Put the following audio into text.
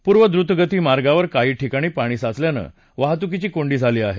पूर्वद्रतगती मार्गावर काही ठिकाणी पाणी साचल्याने वाहतूकीची कोंडी झाली आहे